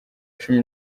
cumi